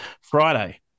Friday